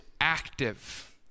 active